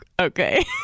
Okay